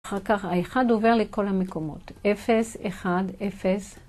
אחר כך ה-1 עובר לכל המקומות. 0, 1, 0.